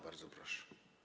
Bardzo proszę.